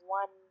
one